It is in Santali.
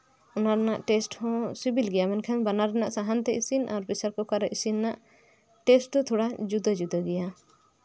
ᱚᱱᱟ ᱨᱮᱱᱟᱜ ᱴᱮᱥᱴ ᱦᱚᱸ ᱥᱤᱵᱤᱞ ᱜᱮᱭᱟ ᱢᱮᱱᱠᱷᱟᱱ ᱵᱟᱱᱟᱨ ᱨᱮᱭᱟᱜ ᱥᱟᱦᱟᱱ ᱛᱮ ᱤᱥᱤᱱ ᱟᱨ ᱯᱨᱮᱥᱟᱨ ᱠᱩᱠᱟᱨ ᱨᱮᱱᱟᱜ ᱴᱮᱥᱴ ᱫᱚ ᱛᱷᱚᱲᱟ ᱡᱩᱫᱟᱹ ᱡᱩᱫᱟᱹ ᱜᱮᱭᱟ